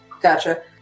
Gotcha